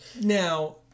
Now